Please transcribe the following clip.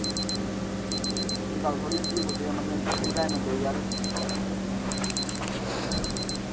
एह् गल्ल थोह्ड़े होंदी ऐ कुसै गी ऐमरजेंसी होंदी कुसै भैं बंदे गी यार